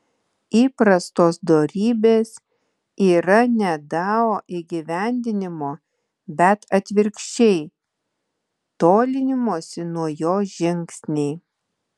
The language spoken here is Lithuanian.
įprastos dorybės yra ne dao įgyvendinimo bet atvirkščiai tolinimosi nuo jo žingsniai